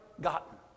gotten